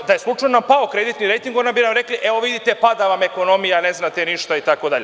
Da je slučajno pao kreditni rejting, onda bi rekli – vidite, pada vam ekonomija, ne znate ništa, itd.